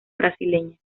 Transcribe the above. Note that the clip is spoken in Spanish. brasileña